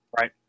Right